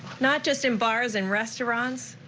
not just in bars and restaurants,